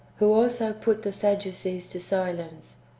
who also put the sadducees to silence,